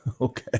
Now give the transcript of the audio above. okay